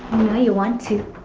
know you want to.